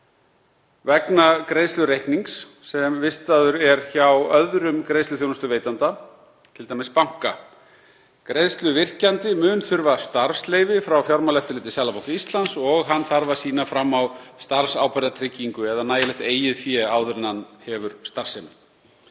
vegna greiðslureiknings sem vistaður er hjá öðrum greiðsluþjónustuveitanda, t.d. banka. Greiðsluvirkjandi mun þurfa starfsleyfi frá Fjármálaeftirliti Seðlabanka Íslands og hann þarf að sýna fram á starfsábyrgðartryggingu eða nægilegt eigið fé áður en hann hefur starfsemi.